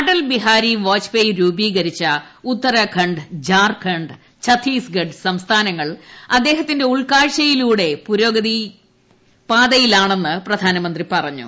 അടൽബിഹാരി വാജ്പേയ് രൂപീകരിച്ച ഉത്തരാഖണ്ഡ് ജാർഖണ്ഡ് ഛത്തീസ്ഗഡ് സംസ്ഥാനങ്ങൾ അദ്ദേഹത്തിന്റെ ഉൾക്കാഴ്ച യിലുടെ പുരോഗതിയുടെ പാതയിലാണെന്ന് പ്രധാനമന്ത്രി പറഞ്ഞു